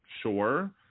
sure